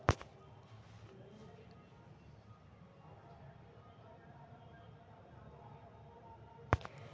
जे आदमी भेर मवेशी के देखभाल करई छई ओकरा गरेड़िया कहल जाई छई